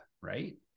right